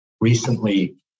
recently